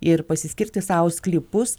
ir pasiskirti sau sklypus